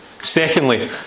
Secondly